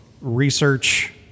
research